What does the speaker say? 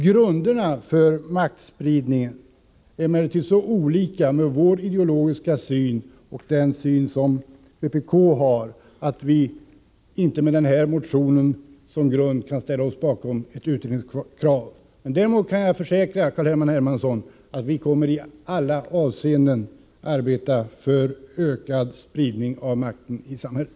Grunderna för en maktspridning framstår emellertid så olika med utgångspunkt i vår resp. med utgångspunkt i vpk:s ideologiska syn att vi inte med Carl-Henrik Hermanssons motion som underlag kan ställa oss bakom ett utredningskrav. Däremot kan jag försäkra, Carl-Henrik Hermansson, att vi i alla avseenden kommer att verka för ökad maktspridning i samhället.